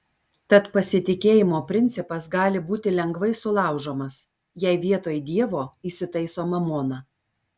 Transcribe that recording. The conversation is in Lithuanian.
tad pasitikėjimo principas gali būti lengvai sulaužomas jei vietoj dievo įsitaiso mamona